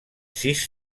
sis